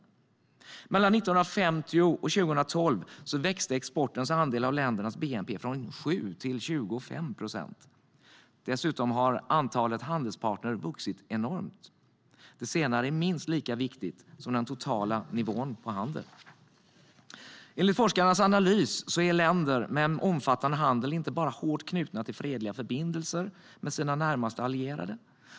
År 1950-2012 växte exportens andel av ländernas bnp från 7 till 25 procent. Dessutom har antalet handelspartner vuxit enormt. Det senare är minst lika viktigt som den totala nivån på handeln. Enligt forskarnas analys är länder med en omfattande handel inte bara hårt knutna till fredliga förbindelser med sina närmaste allierade.